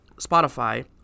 Spotify